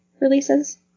releases